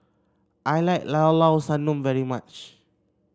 I like Llao Llao Sanum very much